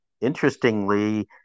interestingly